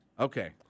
Okay